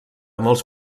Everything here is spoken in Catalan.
molts